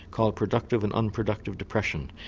called productive and unproductive depression,